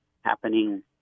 happening